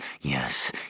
yes